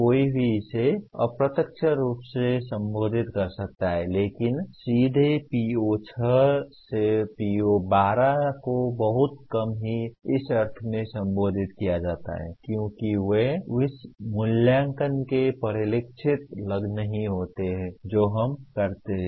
कोई भी इसे अप्रत्यक्ष रूप से संबोधित कर सकता है लेकिन सीधे PO6 से PO12 को बहुत कम ही इस अर्थ में संबोधित किया जाता है कि वे उस मूल्यांकन में परिलक्षित नहीं होते हैं जो हम करते हैं